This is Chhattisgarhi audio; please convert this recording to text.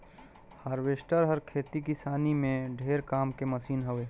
हारवेस्टर हर खेती किसानी में ढेरे काम के मसीन हवे